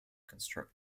construct